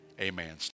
amen